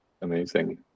amazing